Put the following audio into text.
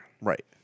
Right